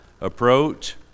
approach